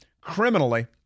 criminally